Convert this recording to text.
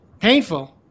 Painful